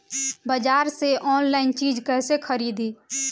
बाजार से आनलाइन चीज कैसे खरीदी?